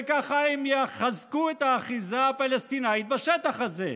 וככה הם יחזקו את האחיזה הפלסטינית בשטח הזה.